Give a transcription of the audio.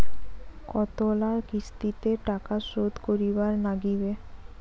কতোলা কিস্তিতে টাকা শোধ করিবার নাগীবে?